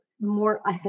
more